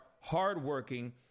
hardworking